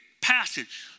passage